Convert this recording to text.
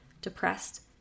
depressed